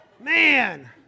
Man